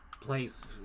place